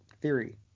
theory